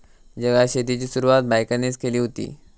जगात शेतीची सुरवात बायकांनीच केली हुती